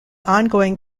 ongoing